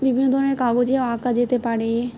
বিভিন্ন ধরনের কাগজেও আঁকা যেতে পারে